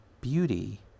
Beauty